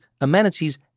amenities